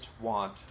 want